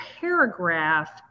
paragraph